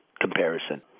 comparison